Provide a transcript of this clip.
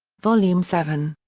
volume seven.